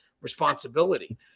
responsibility